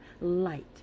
light